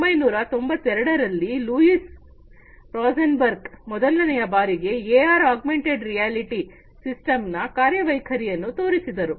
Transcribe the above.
1992 ರಲ್ಲಿ Louis Rosenberg ಮೊದಲನೆಯ ಬಾರಿ ಎಆರ್ ಆಗ್ಮೆಂಟೆಡ್ ರಿಯಾಲಿಟಿ ಸಿಸ್ಟಮ್ ನ ಕಾರ್ಯವೈಖರಿಯನ್ನು ತೋರಿಸಿದರು